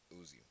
Uzi